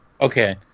Okay